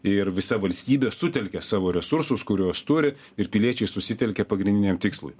ir visa valstybė sutelkia savo resursus kuriuos turi ir piliečiai susitelkia pagrindiniam tikslui